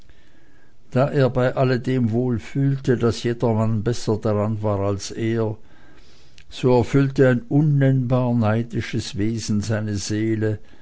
da er bei alledem wohl fühlte daß jedermann besser daran war als er so erfüllte ein unnennbar neidisches wesen seine seele